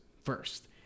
first